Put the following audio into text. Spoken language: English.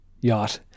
yacht